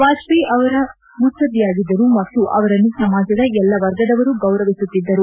ವಾಜಪೇಯಿ ಅವರು ಮುತ್ಲದ್ದಿಯಾಗಿದ್ದರು ಮತ್ತು ಅವರನ್ನು ಸಮಾಜದ ಎಲ್ಲ ವರ್ಗದವರೂ ಗೌರವಿಸುತ್ತಿದ್ದರು